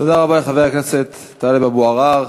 תודה רבה לחבר הכנסת טלב אבו עראר.